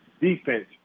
defense